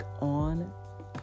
on